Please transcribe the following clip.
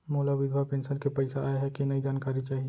मोला विधवा पेंशन के पइसा आय हे कि नई जानकारी चाही?